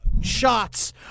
shots